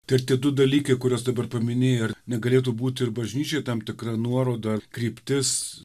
du dalykai kuriuos dabar paminėjote negalėtų būti ir bažnyčiai tam tikra nuoroda kryptis